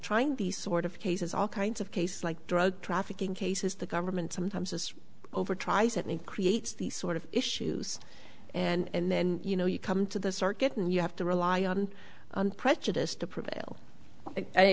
trying these sort of cases all kinds of cases like drug trafficking cases the government sometimes is over tries and creates these sort of issues and then you know you come to the circuit and you have to rely on prejudice to prevail i